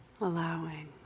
allowing